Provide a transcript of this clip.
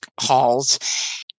halls